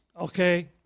okay